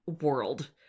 world